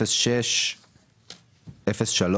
בתכנית 33-06-03